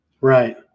Right